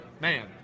man